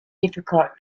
difficult